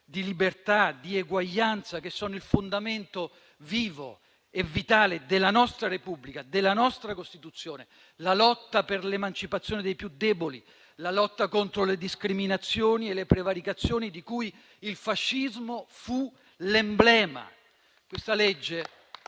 di libertà, di eguaglianza, che sono il fondamento vivo e vitale della nostra Repubblica, della nostra Costituzione; la lotta per l'emancipazione dei più deboli, la lotta contro le discriminazioni e le prevaricazioni di cui il fascismo fu l'emblema.